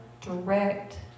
direct